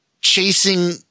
Chasing